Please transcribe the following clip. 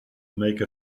make